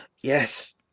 Yes